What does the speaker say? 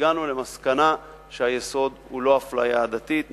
הגענו למסקנה שהיסוד הוא לא אפליה עדתית,